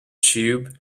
tube